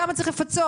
כמה צריך לפצות.